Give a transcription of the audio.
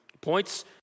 points